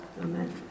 Amen